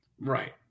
Right